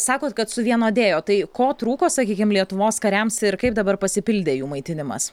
sakot kad suvienodėjo tai ko trūko sakykim lietuvos kariams ir kaip dabar pasipildė jų maitinimas